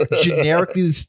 generically